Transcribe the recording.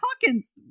Hawkins